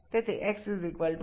সুতরাং আপনার x কি হবে